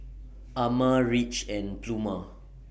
Ama Ridge and Pluma